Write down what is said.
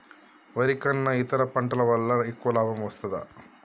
వరి కన్నా ఇతర పంటల వల్ల ఎక్కువ లాభం వస్తదా?